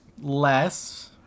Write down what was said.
less